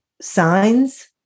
signs